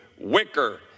Wicker